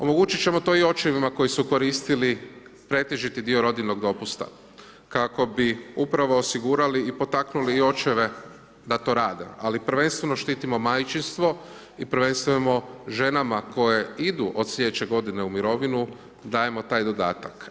Omogućit ćemo to i očevima koji su koristili pretežiti dio rodiljnog dopusta, kako bi upravo osigurali i potaknuli i očeve da to rade, ali prvenstveno štitimo majčinstvo i prvenstveno ženama koje idu od sljedeće godine u mirovinu, dajemo taj dodatak.